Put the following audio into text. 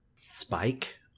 spike